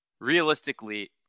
realistically